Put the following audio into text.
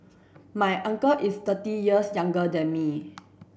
my uncle is thirty years younger than me